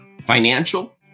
financial